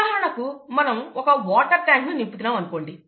ఉదాహరణకు మనం ఒక వాటర్ ట్యాంక్ ను నింపుతున్నామనుకోండి